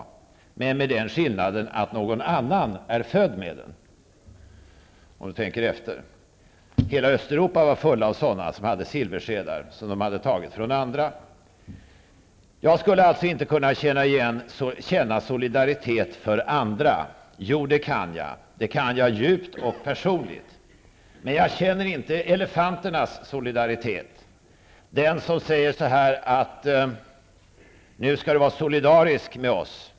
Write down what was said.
Skillnaden är den att visserligen en och annan kan vara född med silversked i handen, men hela Östeuropa var fullt med sådana som hade silverskedar, tagna från andra. Jag skulle alltså inte kunna känna solidaritet med andra. Jo, det kan jag, djupt och personligt. Men jag känner inte elefanternas solidaritet, den som säger: Nu skall du vara solidarisk med oss.